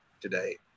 today